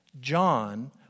John